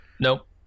Nope